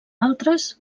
altres